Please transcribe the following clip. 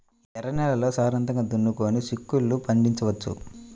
ఎర్ర నేలల్లో సారవంతంగా దున్నుకొని చిక్కుళ్ళు పండించవచ్చు